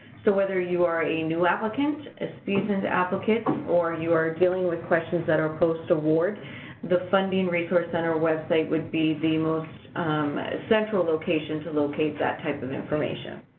so whether you are a new applicant, a seasoned applicant, or and you are dealing with questions that are post-award, the funding resource center website would be the most central location to locate that type of information.